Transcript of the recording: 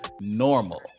normal